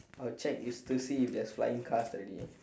I would check if to see if there are flying cars already